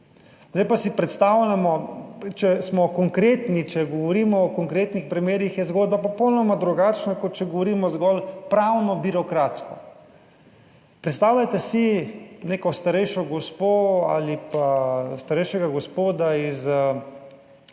(nadaljevanje) če smo konkretni, če govorimo o konkretnih primerih je zgodba popolnoma drugačna kot če govorimo zgolj pravno birokratsko. Predstavljajte si neko starejšo gospo ali pa starejšega gospoda iz